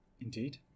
Indeed